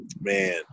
man